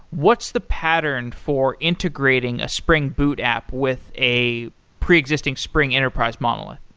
what's the pattern for integrating a spring boot app with a preexisting spring enterprise monolith?